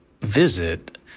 visit